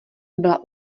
byla